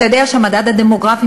אתה יודע שהמדד הדמוגרפי,